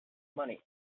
money